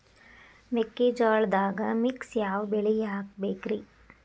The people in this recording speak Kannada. ಮೆಕ್ಕಿಜೋಳದಾಗಾ ಮಿಕ್ಸ್ ಯಾವ ಬೆಳಿ ಹಾಕಬೇಕ್ರಿ?